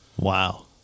wow